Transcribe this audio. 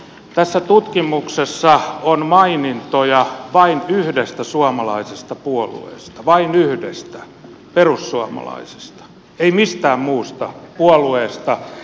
tässä tutkimuksessa on mainintoja vain yhdestä suomalaisesta puolueesta vain yhdestä perussuomalaisista ei mistään muusta puolueesta